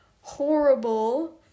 horrible